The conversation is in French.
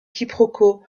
quiproquo